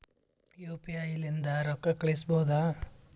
UPI ಲಿಂದ ರೊಕ್ಕ ಕಳಿಸಬಹುದಾ?